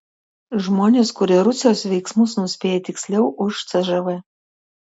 žmonės kurie rusijos veiksmus nuspėja tiksliau už cžv